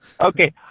Okay